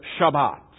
Shabbat